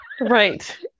right